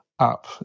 app